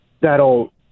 that'll